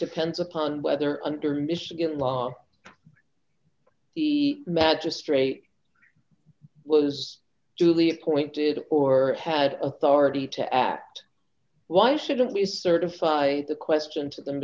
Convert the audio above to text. depends upon whether under michigan law the magistrate was duly appointed or had authority to act why shouldn't we certify the question to the